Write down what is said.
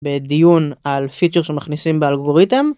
בדיון על פיצ'ר שמכניסים באלגוריתם